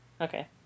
okay